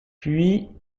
puis